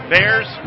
Bears